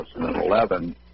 2011